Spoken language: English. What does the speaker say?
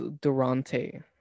durante